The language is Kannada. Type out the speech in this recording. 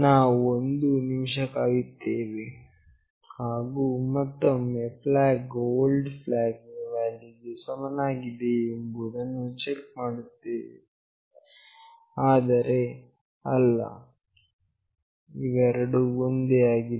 ನಾವು ಒಂದು ನಿಮಿಷ ಕಾಯುತ್ತೇವೆ ಹಾಗು ಮತ್ತೊಮ್ಮೆ flag ವು old flag ನ ವ್ಯಾಲ್ಯೂಗೆ ಸಮಾನವಾಗಿದೆಯೋ ಎಂಬುದನ್ನು ಚೆಕ್ ಮಾಡುತ್ತೇವೆ ಆದರೆ ಇವೆರಡೂ ಒಂದೇ ಆಗಿದೆ